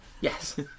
yes